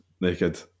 naked